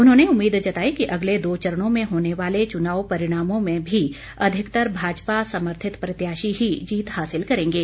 उन्होंने उम्मीद जताई कि अगले दो चरणों में होने वाले चुनाव परिणामों में भी अधिकतर भाजपा समर्थित प्रत्याशी ही जीत हासिल करेंगे